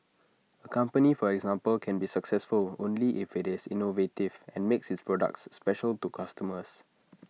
A company for example can be successful only if IT is innovative and makes its products special to customers